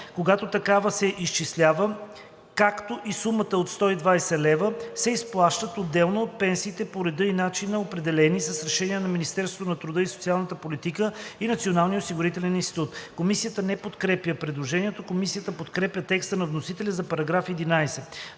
когато такава се изчислява, както и сумата от 120 лв., се изплащат отделно от пенсиите по ред и начин, определени с решение на Министерството на труда и социалната политика и Националния осигурителен институт.“ Комисията не подкрепя предложението. Комисията подкрепя текста на вносителя за § 11.